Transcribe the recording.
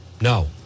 no